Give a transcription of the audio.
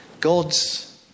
God's